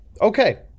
Okay